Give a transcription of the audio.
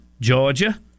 Georgia